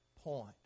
point